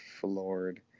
floored